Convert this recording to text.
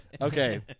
Okay